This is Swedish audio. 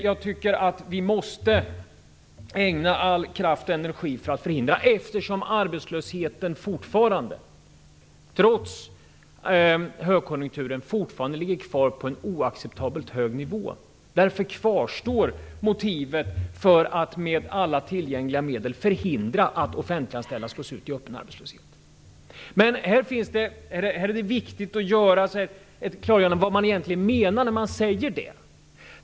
Jag tycker att vi måste ägna all kraft och energi - eftersom arbetslösheten fortfarande, trots högkonjunkturen, ligger kvar på en oacceptabelt hög nivå - åt att med alla tillgängliga medel förhindra att offentliganställda slås ut i öppen arbetslöshet. Det är viktigt att göra ett klarläggande av vad man egentligen menar när man säger det.